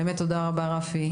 באמת תודה רבה רפי,